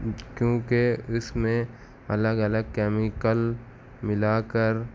کیونکہ اس میں الگ الگ کیمیکل ملا کر